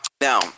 Now